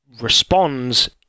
responds